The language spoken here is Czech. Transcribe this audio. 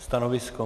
Stanovisko?